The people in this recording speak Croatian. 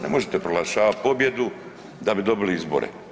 Ne možete proglašavat pobjedu da bi dobili izbore.